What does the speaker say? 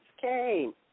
came